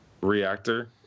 Reactor